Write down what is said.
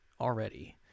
Already